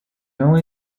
only